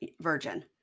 virgin